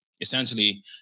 essentially